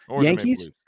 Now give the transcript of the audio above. Yankees